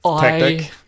tactic